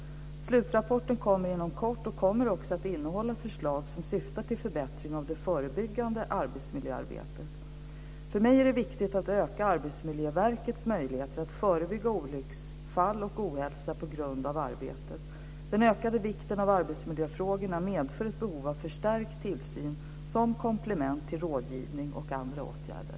Slutrapporten kommer inom kort och kommer att innehålla förslag som syftar till förbättring av det förebyggande arbetsmiljöarbetet. För mig är det viktigt att öka Arbetsmiljöverkets möjligheter att förebygga olycksfall och ohälsa på grund av arbetet. Den ökade vikten av arbetsmiljöfrågorna medför ett behov av förstärkt tillsyn som komplement till rådgivning och andra åtgärder.